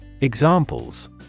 Examples